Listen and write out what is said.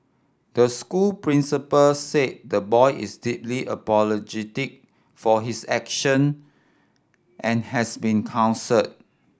the school principal said the boy is deeply apologetic for his action and has been counselled